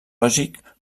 lògic